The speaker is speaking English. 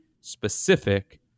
specific